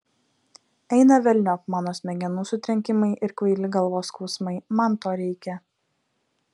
eina velniop mano smegenų sutrenkimai ir kvaili galvos skausmai man to reikia